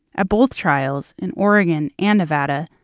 at both trials in oregon and nevada,